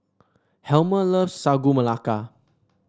Helmer loves Sagu Melaka